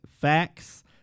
facts